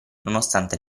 nonostante